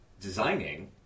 designing